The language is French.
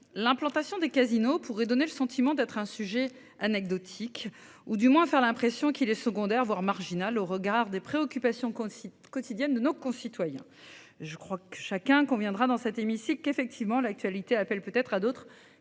l'implantation des casinos pourrait donner le sentiment d'être un sujet anecdotique ou du moins à faire l'impression qu'il est secondaire, voire marginal au regard des préoccupations. Quotidienne de nos concitoyens. Je crois que chacun conviendra dans cet hémicycle qu'effectivement l'actualité appelle peut-être à d'autres